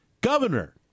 Governor